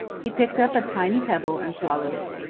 he picked up a tiny pebble and swallowed it.